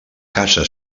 casa